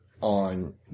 on